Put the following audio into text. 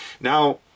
Now